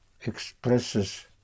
expresses